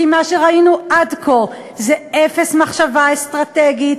כי מה שראינו עד כה זה אפס מחשבה אסטרטגית,